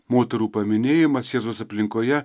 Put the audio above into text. moterų paminėjimas jėzaus aplinkoje